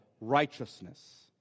righteousness